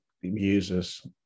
users